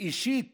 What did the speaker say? לי אישית